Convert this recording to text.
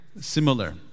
similar